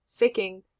Ficking